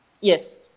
yes